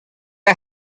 rit